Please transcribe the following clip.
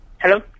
Hello